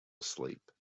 asleep